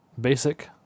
basic